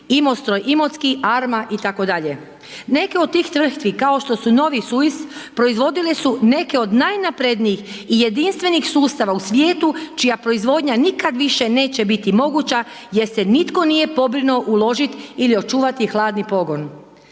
Imostroj Imotski, Arma itd., neke od tih tvrtki kao što su Novisuis proizvodile su neke od najnaprednijih i jedinstvenih sustava u svijetu čija proizvodnja nikad više neće biti moguća jer se nitko nije pobrinuo uložiti ili očuvati hladni pogon.